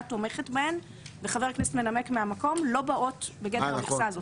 תומכת בהן וחבר הכנסת מנמק מהמקום לא באות בגדר המכסה הזאת,